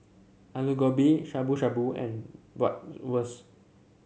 Alu Gobi Shabu Shabu and Bratwurst